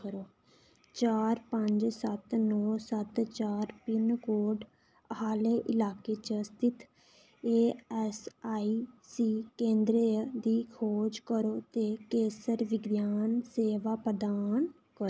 चार पंज सत्त नौ सत्त चार पिन कोड आह्ले इलाके च स्थित ए ऐस आई सी केंदरें दी खोज करो ते केसर विज्ञान सेवा प्रदान करो